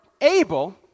able